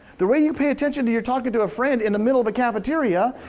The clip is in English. the way you pay attention to you're talking to a friend in the middle of a cafeteria,